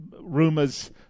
rumors